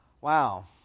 Wow